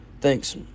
Thanks